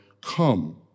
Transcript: come